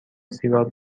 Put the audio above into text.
سیگار